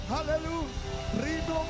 Hallelujah